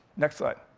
next slide.